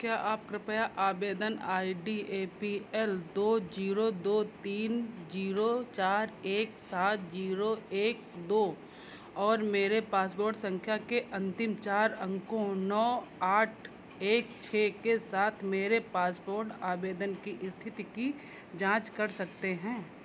क्या आप कृपया आवेदन I D A P L दो जीरो दो तीन जीरो चार एक सात जीरो एक दो और मेरे पासपोर्ट संख्या के अंतिम चार अंकों नौ आठ एक छः के साथ मेरे पासपोर्ट आवेदन की स्थिति की जांच कर सकते हैं